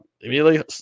immediately